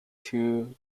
two